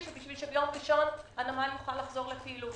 כדי שביום ראשון הנמל יוכל לחזור לפעילות.